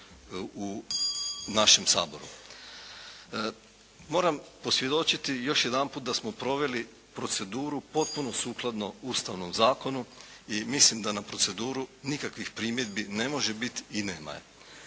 u našem Saboru. Moram posvjedočiti još jedanput da smo proveli proceduru potpuno sukladno ustavnom zakonu i mislim da na proceduru nikakvih primjedbi ne može biti i nema je.